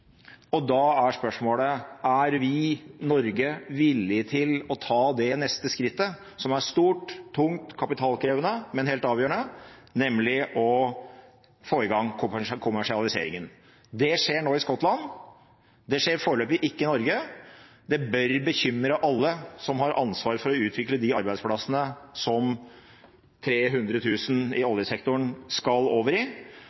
da er spørsmålet: Er vi – Norge – villige til å ta det neste skrittet, som er stort, tungt og kapitalkrevende, men helt avgjørende – nemlig å få i gang kommersialiseringen? Det skjer nå i Skottland. Det skjer foreløpig ikke i Norge. Det bør bekymre alle som har ansvar for å utvikle de arbeidsplassene som 300 000 i oljesektoren skal over i.